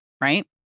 right